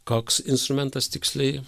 koks instrumentas tiksliai